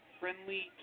friendly